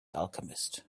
alchemist